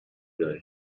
guy